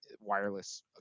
wireless